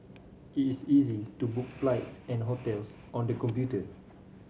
it is is easy to book flights and hotels on the computer